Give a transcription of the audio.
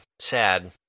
sad